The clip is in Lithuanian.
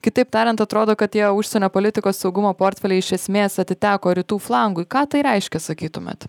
kitaip tariant atrodo kad tie užsienio politikos saugumo portfeliai iš esmės atiteko rytų flangui ką tai reiškia sakytumėt